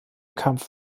kampf